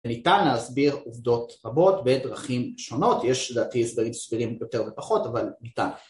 וניתן להסביר עובדות רבות בדרכים שונות, יש דעתי הסברים יותר ופחות אבל ניתן